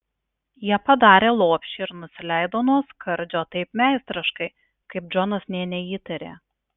jie padarė lopšį ir nusileido nuo skardžio taip meistriškai kaip džonas nė neįtarė